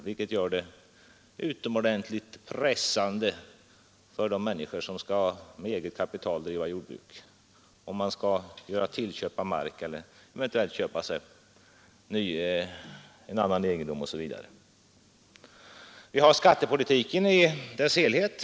Detta verkar utomordentligt pressande på de människor som med eget kapital skall bedriva jordbruk, för den händelse de vill göra tillköp av mark, eventuellt vill skaffa sig en annan egendom osv. Se t.ex. på skattepolitiken i dess helhet!